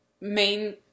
main